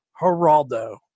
Geraldo